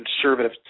conservative